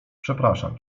przepraszam